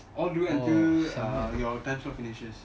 orh செம்ம:semma